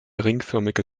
ringförmige